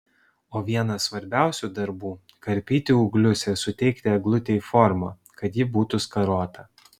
o vienas svarbiausių darbų karpyti ūglius ir suteikti eglutei formą kad ji būtų skarota